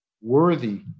worthy